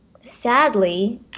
sadly